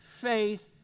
faith